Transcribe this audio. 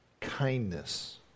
kindness